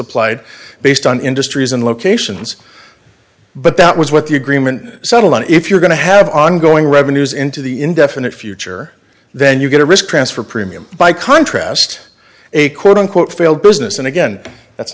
applied based on industries and locations but that was what the agreement settled on if you're going to have ongoing revenues into the indefinite future then you've got to risk transfer premium by contrast a quote unquote failed business and again that's